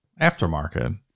Aftermarket